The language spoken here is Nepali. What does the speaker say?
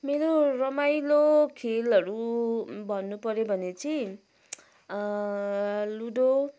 मेरो रमाइलो खेलहरू भन्नु पऱ्यो भने चाहिँ लुडो